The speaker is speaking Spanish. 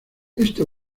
éste